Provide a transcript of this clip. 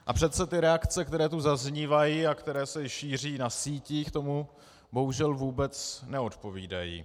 A přece ty reakce, které tu zaznívají a které se šíří na sítích, tomu bohužel vůbec neodpovídají.